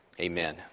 Amen